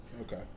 Okay